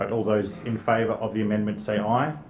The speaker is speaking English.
and all those in favour of the amendment say aye.